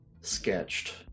sketched